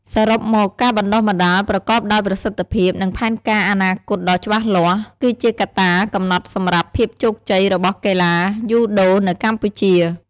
សរុបមក ការបណ្តុះបណ្តាលប្រកបដោយប្រសិទ្ធភាព និងផែនការអនាគតដ៏ច្បាស់លាស់ គឺជាកត្តាកំណត់សម្រាប់ភាពជោគជ័យរបស់កីឡាយូដូនៅកម្ពុជា ។